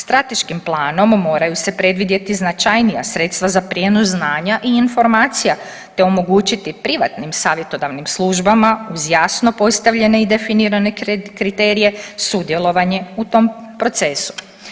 Strateškim planom moraju se predvidjeti značajnija sredstva za prijenos znanja i informacija, te omogućiti privatnim savjetodavnim službama uz jasno postavljene i definirane kriterije sudjelovanje u tom procesu.